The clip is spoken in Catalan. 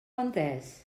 entès